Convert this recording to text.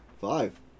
five